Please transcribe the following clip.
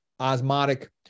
osmotic